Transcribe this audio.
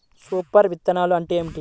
Super విత్తనాలు అంటే ఏమిటి?